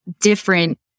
different